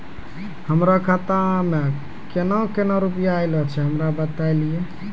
हमरो खाता मे केना केना रुपैया ऐलो छै? हमरा बताय लियै?